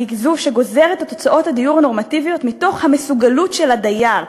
היא זו שגוזרת את הוצאות הדיור הנורמטיביות מתוך המסוגלות של הדייר,